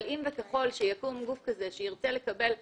אבל אם וככל שיקום גוף כזה שירצה לקבל אישור,